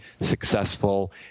successful